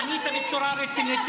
ענית בצורה רצינית.